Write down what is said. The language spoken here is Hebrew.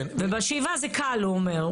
ושאיבה זה קל, הוא אומר.